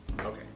Okay